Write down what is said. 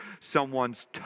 someone's